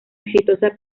exitosa